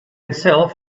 itself